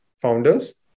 founders